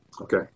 Okay